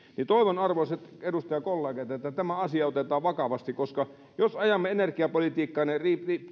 toivon arvoisat edustajakollegat että tämä asia otetaan vakavasti koska jos ajamme energiapolitiikkamme